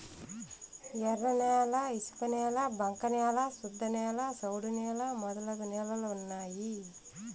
ఎర్రన్యాల ఇసుకనేల బంక న్యాల శుద్ధనేల సౌడు నేల మొదలగు నేలలు ఉన్నాయి